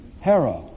Hera